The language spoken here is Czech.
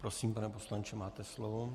Prosím, pane poslanče, máte slovo.